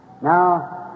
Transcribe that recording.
Now